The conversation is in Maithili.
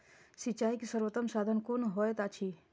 सिंचाई के सर्वोत्तम साधन कुन होएत अछि?